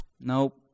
Nope